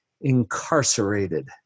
incarcerated